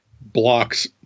blocks